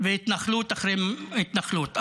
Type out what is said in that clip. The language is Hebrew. והתנחלות אחרי התנחלות.